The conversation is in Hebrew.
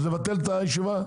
נבטל את הישיבה?